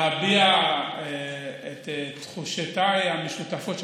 להביע את תחושותיי המשותפות,